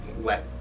let